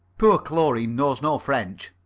poor chlorine knows no french.